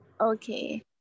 okay